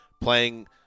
playing